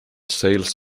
sales